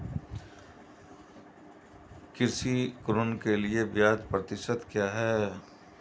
कृषि ऋण के लिए ब्याज प्रतिशत क्या है?